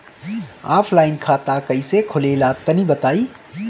Offline खाता कइसे खुलेला तनि बताईं?